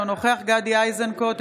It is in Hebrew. אינו נוכח גדי איזנקוט,